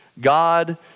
God